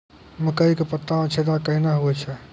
मकई के पत्ता मे छेदा कहना हु छ?